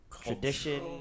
tradition